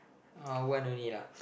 uh one only lah